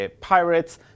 pirates